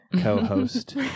co-host